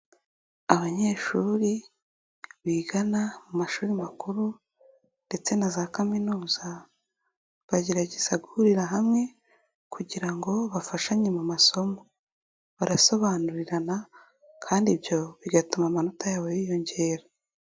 Abanyeshuri bigana mu mashuri makuru ndetse na za kaminuza bagerageza guhurira hamwe kugira ngo bafashanye mu masomo. Barasobanurirana kandi ibyo bigatuma amanota yabo yiyongera.